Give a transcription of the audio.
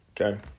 Okay